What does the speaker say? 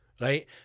right